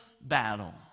battle